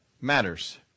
matters